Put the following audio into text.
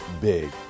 big